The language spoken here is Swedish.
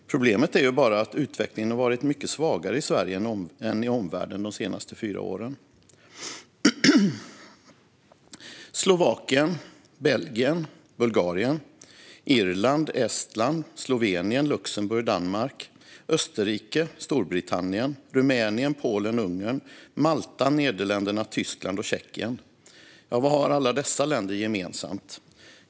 Problemet är bara att utvecklingen varit mycket svagare i Sverige än i omvärlden under de senaste fyra åren. Slovakien, Belgien, Bulgarien, Irland, Estland, Slovenien, Luxemburg, Danmark, Österrike, Storbritannien, Rumänien, Polen, Ungern, Malta, Nederländerna, Tyskland och Tjeckien - vad har alla dessa länder gemensamt?